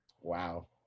Wow